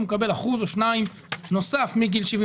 הוא מקבל אחוז או שניים נוספים מגיל 70